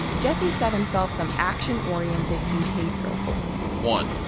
jesse set himself some action oriented behavioral goals. one,